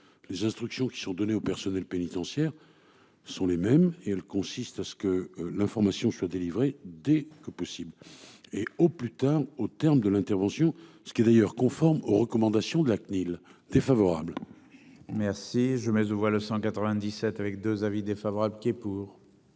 les instructions qui sont données aux personnels pénitentiaires. Sont les mêmes et elle consiste à ce que l'information soit délivré dès que possible et au plus tard au terme de l'intervention, ce qui est d'ailleurs conforme aux recommandations de la CNIL défavorable. Merci je Metz de voix le 197 avec 2 avis défavorable qui est pour.